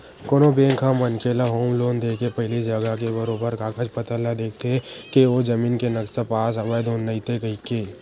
कोनो बेंक ह मनखे ल होम लोन देके पहिली जघा के बरोबर कागज पतर ल देखथे के ओ जमीन के नक्सा पास हवय धुन नइते कहिके